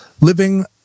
living